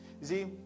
see